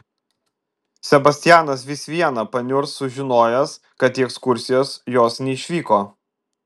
sebastianas vis viena paniurs sužinojęs kad į ekskursijas jos neišvyko